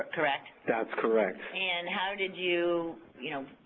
correct? that's correct. and how did you. you know,